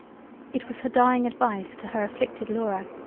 it was her dieing advice to her afflicted laura,